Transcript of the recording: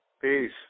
Peace